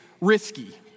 risky